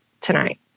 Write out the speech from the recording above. tonight